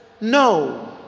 No